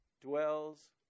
dwells